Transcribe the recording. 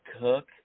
cook